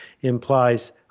implies